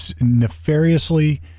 nefariously